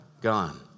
gone